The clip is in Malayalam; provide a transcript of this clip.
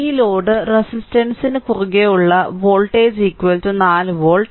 ഈ ലോഡ് റെസിസ്റ്റൻസിനു കുറുകെയുള്ള വോൾട്ടേജ് 4 വോൾട്ട്